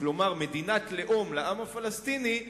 כלומר מדינת לאום לעם הפלסטיני,